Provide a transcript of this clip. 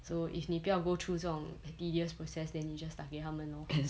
so if 你不要 go through 这种 tedious process than you just 打给他们 lor